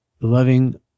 loving